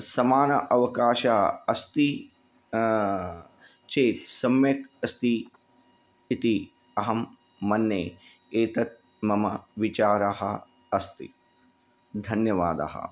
समानः अवकाशः अस्ति चेत् सम्यक् अस्ति इति अहं मन्ये एतत् मम विचारः अस्ति धन्यवादः